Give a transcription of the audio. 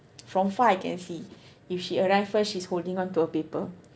from far I can see if she arrive first she's holding onto a paper